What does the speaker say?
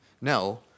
No